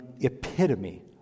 epitome